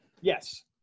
Yes